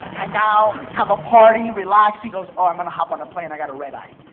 hang out, have a party, relax, he goes, oh, i'm gonna hop on a plane. i got a red-eye.